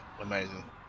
Amazing